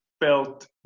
felt